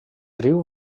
riu